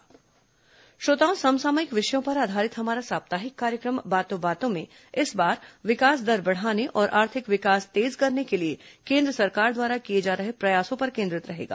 बातों बातों में श्रोताओं समसामयिक विषयों पर आधारित हमारा साप्ताहिक कार्यक्रम बातों बातों में इस बार विकास दर बढ़ाने और आर्थिक विकास तेज करने के लिए कोन्द्र सरकार द्वारा किए जा रहे प्रयासों पर केंद्रित रहेगा